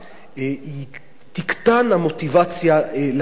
תקטן המוטיבציה להעסיק.